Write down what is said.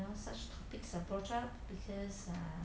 you know such topics are brought up because err